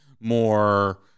more